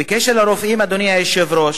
בקשר לרופאים, אדוני היושב-ראש,